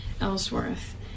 Ellsworth